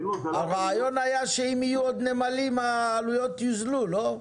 הרעיון היה שאם יהיו עוד נמלים העלויות יוזלו, לא?